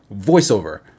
voiceover